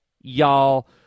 y'all